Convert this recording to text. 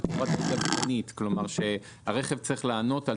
בצורה --- כלומר שהרכב צריך לענות על